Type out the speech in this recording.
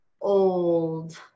old